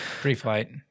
Pre-flight